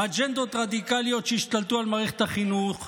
מאג'נדות רדיקליות שהשתלטו על מערכת החינוך,